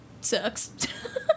sucks